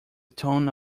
tone